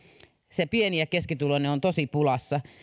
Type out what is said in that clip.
se pieni ja keskituloinen on tosi pulassa